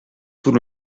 tout